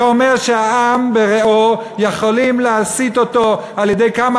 וזה אומר שהעם ברעו יכולים להסית אותו על-ידי כמה